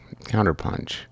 Counterpunch